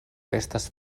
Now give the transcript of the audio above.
estas